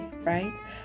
right